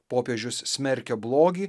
popiežius smerkia blogį